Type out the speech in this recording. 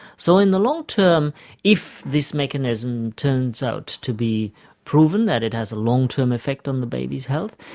so in the long term if this mechanism turns out to be proven that it has a long-term effect on the baby's health,